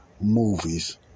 movies